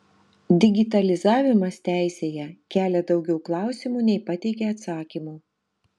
digitalizavimas teisėje kelia daugiau klausimų nei pateikia atsakymų